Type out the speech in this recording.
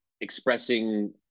expressing